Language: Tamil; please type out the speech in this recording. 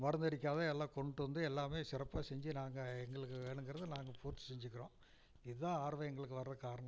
மருந்து அடிக்காம எல்லாம் கொண்டுட்டு வந்து எல்லாமே சிறப்பாக செஞ்சு நாங்கள் எங்களுக்கு வேணுங்கிறத நாங்கள் பூர்த்தி செஞ்சுக்கிறோம் இதான் ஆர்வம் எங்களுக்கு வர்ற காரணம்